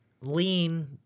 lean